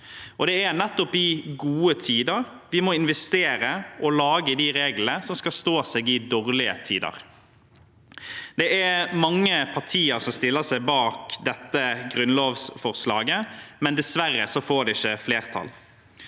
Det er nettopp i gode tider vi må investere og lage de reglene som skal stå seg i dårlige tider. Det er mange partier som stiller seg bak dette grunnlovsforslaget, men dessverre får det ikke flertall.